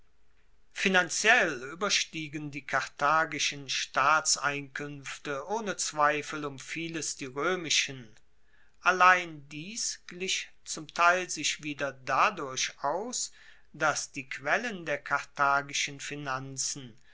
finanziell ueberstiegen die karthagischen staatseinkuenfte ohne zweifel um vieles die roemischen allein dies glich zum teil sich wieder dadurch aus dass die quellen der karthagischen finanzen